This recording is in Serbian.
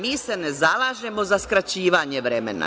Mi se ne zalažemo za skraćivanje vremena.